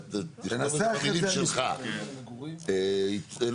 תשמע, הם לא